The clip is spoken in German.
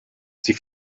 sie